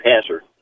passer